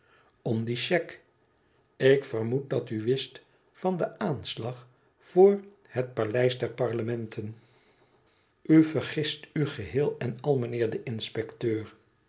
om die chèque ik vermoed dat u wist van den aanslag voor het paleis der parlementen u vergist u geheel en al meneer de inspecteur